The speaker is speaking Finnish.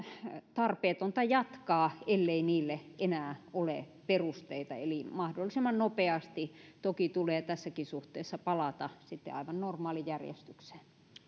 tarpeetonta jatkaa ellei niille enää ole perusteita eli mahdollisimman nopeasti toki tulee tässäkin suhteessa palata aivan normaalijärjestykseen